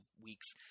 weeks